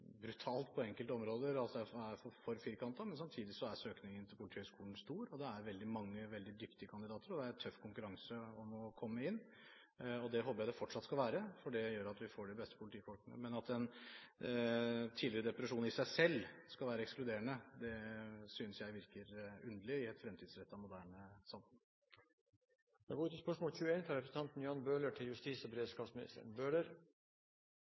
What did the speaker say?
brutalt på enkelte områder, altså at det er for firkantet. Men samtidig er søkningen til Politihøgskolen stor. Det er veldig mange veldig dyktige kandidater, og det er tøff konkurranse om å komme inn. Det håper jeg det fortsatt skal være, for det gjør at vi får de beste politifolkene, men at en tidligere depresjon i seg selv skal være ekskluderende, synes jeg virker underlig i et fremtidsrettet, moderne samfunn. Jeg vil først bare få gjøre oppmerksom på at det etter at jeg sendte spørsmålet til